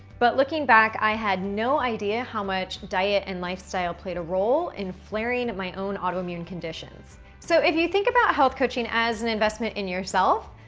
but looking back, i had no idea how much diet and lifestyle played a role in flaring at my own autoimmune conditions. so if you think about health coaching as an investment in yourself,